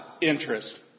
interest